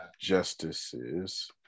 justices